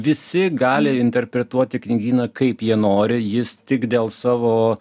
visi gali interpretuoti knygyną kaip jie nori jis tik dėl savo